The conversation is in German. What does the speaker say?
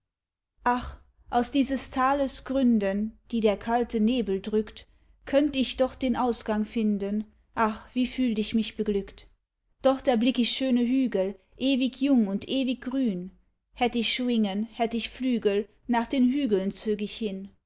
ach aus dieses tales gründen die der kalte nebel drückt könnt ich doch den ausgang finden ach wie fühlt ich mich beglückt dort erblick ich schöne hügel ewig jung und ewig grün hätt ich schwingen hätt ich flügel nach den hügeln zög ich hin